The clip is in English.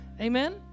amen